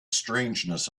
strangeness